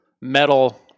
metal